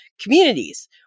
communities